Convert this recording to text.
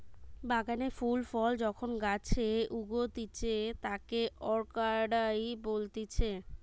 বাগানে ফুল ফল যখন গাছে উগতিচে তাকে অরকার্ডই বলতিছে